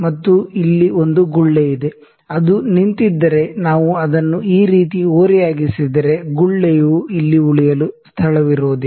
ಮತ್ತು ಇಲ್ಲಿ ಒಂದು ಗುಳ್ಳೆ ಇದೆ ಅದು ನಿಂತಿದ್ದರೆ ನಾವು ಅದನ್ನು ಈ ರೀತಿ ಓರೆಯಾಗಿಸಿದರೆ ಗುಳ್ಳೆಯು ಇಲ್ಲಿ ಉಳಿಯಲು ಸ್ಥಳವಿರುವದಿಲ್ಲ